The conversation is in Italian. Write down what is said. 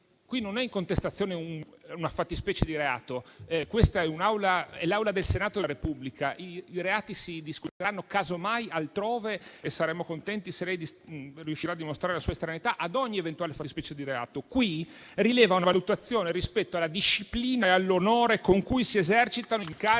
Qui non è in contestazione una fattispecie di reato. Questa è l'Aula del Senato della Repubblica e i reati si discuteranno casomai altrove e saremo contenti se lei riuscirà a dimostrare la sua estraneità ad ogni eventuale fattispecie di reato. Qui rileva una valutazione rispetto alla disciplina e all'onore con cui si esercitano incarichi